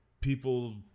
people